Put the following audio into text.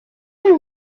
and